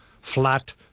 flat